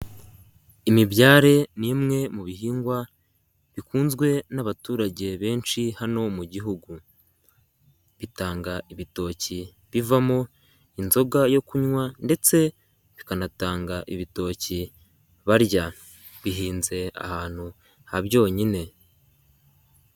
Imibyare ni imwe mu bihingwa, bikunzwe n'abaturage benshi hano mu gihugu, bitanga ibitoki bivamo inzoga yo kunywa ndetse bikanatanga ibitoki barya, bihinze ahantu ha byonyine.